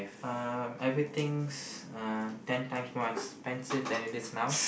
um everything's uh ten times more expensive than it is now